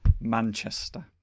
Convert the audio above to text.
Manchester